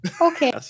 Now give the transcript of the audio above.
Okay